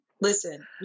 Listen